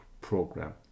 program